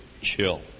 chill